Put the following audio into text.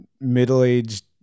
middle-aged